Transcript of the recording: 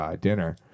Dinner